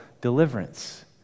deliverance